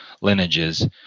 lineages